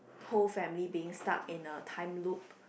whole family being stuck in a time loop